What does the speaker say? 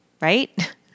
right